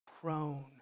prone